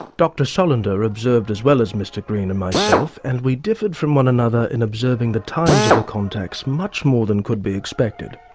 dr solander observed as well as mr green and myself, and we differed from one another in observing the times of the contacts much more than could be expected.